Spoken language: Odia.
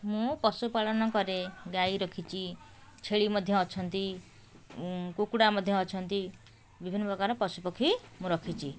ମୁଁ ପଶୁପାଳନ କରେ ଗାଈ ରଖିଛି ଛେଳି ମଧ୍ୟ ଅଛନ୍ତି କୁକୁଡ଼ା ମଧ୍ୟ ଅଛନ୍ତି ବିଭିନ୍ନ ପ୍ରକାର ପଶୁପକ୍ଷୀ ମୁଁ ରଖିଛି